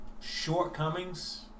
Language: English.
shortcomings